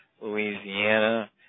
Louisiana